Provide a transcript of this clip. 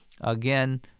Again